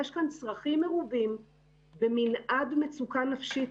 יש כאן צרכים מרובים במנעד מצוקה נפשית